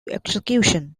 execution